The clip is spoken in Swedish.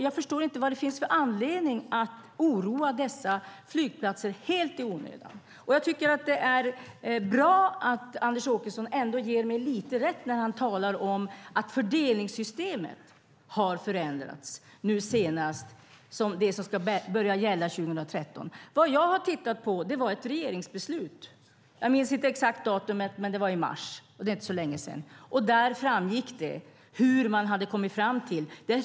Jag förstår inte vad det finns för anledning att oroa dessa flygplatser helt i onödan. Jag tycker att det är bra att Anders Åkesson ändå ger mig lite rätt när han talar om att fördelningssystemet har förändrats, senast det som ska börja gälla 2013. Vad jag har tittat på var ett regeringsbeslut. Jag minns inte exakt datum, men det var i mars. Det är inte så länge sedan. Där framgick det hur man hade kommit fram till detta.